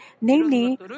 namely